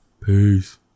Peace